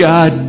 God